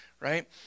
right